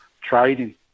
trading